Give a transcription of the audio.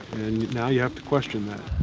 and now you have to question that.